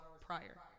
prior